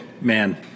man